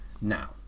now